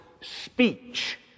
speech